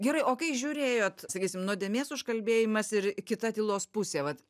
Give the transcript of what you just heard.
gerai o kai žiūrėjot sakysim nuodėmės užkalbėjimas ir kita tylos pusė vat